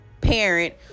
parent